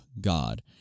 God